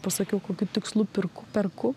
pasakiau kokiu tikslu pirk perku